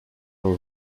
were